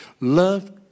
Love